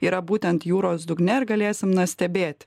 yra būtent jūros dugne ir galėsim na stebėt